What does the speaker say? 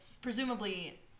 presumably